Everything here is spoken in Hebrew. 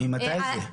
ממתי זה?